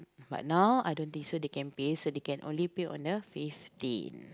but now I don't think so they can pay so they can only pay on the fifteen